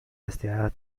استعارة